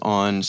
on